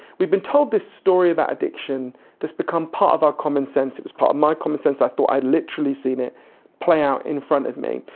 we've been told this story about addiction that's become part of our common sense, it was part of my common sense, i thought i had literally seen it play out in front of me.